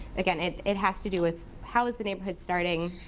again, it it has to do with how is the neighborhood starting,